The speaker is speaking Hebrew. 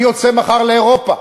אני יוצא מחר לאירופה,